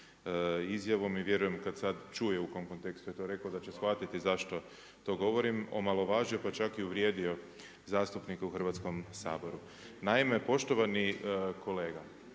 izjavom i vjerujem kad sad čuje u kom kontekstu je to rekao da će shvatiti zašto to govorim, omalovažio pa čak i uvrijedio zastupnike u Hrvatskom saboru. Naime, poštovani kolega